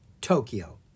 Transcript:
Tokyo